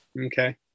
Okay